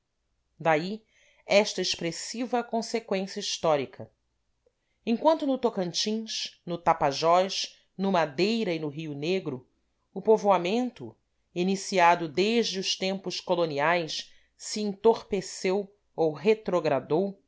daí esta expressiva conseqüência histórica enquanto no tocantins no tapajós no madeira e no rio negro o povoamento iniciado desde os tempos coloniais se entorpeceu ou retrogradou